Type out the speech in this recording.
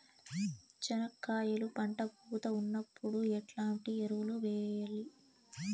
చెనక్కాయలు పంట పూత ఉన్నప్పుడు ఎట్లాంటి ఎరువులు వేయలి?